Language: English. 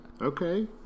Okay